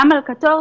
גם על קטורזה,